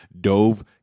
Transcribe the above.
dove